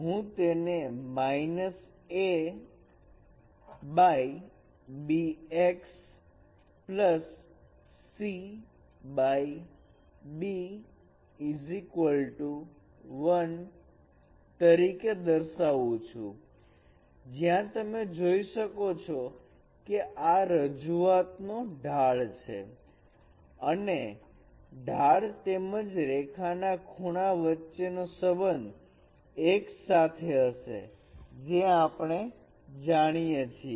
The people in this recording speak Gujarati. હું તેને abx cb 1 તરીકે દર્શાવુ છું જ્યાં તમે જોઈ શકો છો કે આ રજૂઆત નો ઢાળ છે અને ઢાળ તેમજ રેખા ના ખૂણા વચ્ચેનો સંબંધ x સાથે હશે જે આપણે જાણીએ છીએ